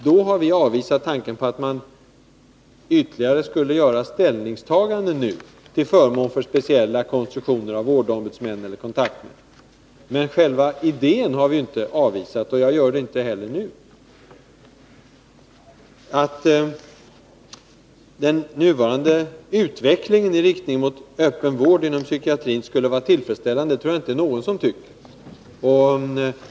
Därför har vi avvisat tanken på att man nu skulle göra ytterligare ställningstaganden till förmån för speciella konstruktioner när det gäller vårdombudsmän eller kontaktmän. Men själva idén har vi inte avvisat, och jag gör det inte heller nu. Att takten i den nuvarande utvecklingen i riktning mot öppen vård inom psykiatrin skulle vara tillfredsställande tror jag inte att det är någon som tycker.